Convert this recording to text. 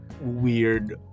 weird